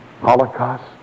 Holocaust